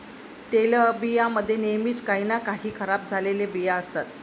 तेलबियां मध्ये नेहमीच काही ना काही खराब झालेले बिया असतात